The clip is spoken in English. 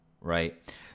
right